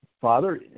Father